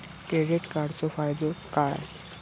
Credit कार्डाचो फायदो काय?